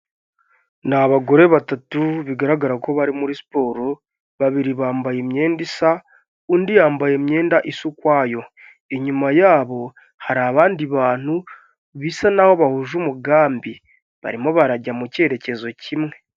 Ni abagore batatu bigaragara ko bari muri siporo babiri bambaye imyenda isa undi yambaye imyenda isa ukwayo inyuma yabo hari abandi bantu bisa n'aho bahuje umugambi barimo barajya mu cyerekezo kimwe.